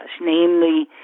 namely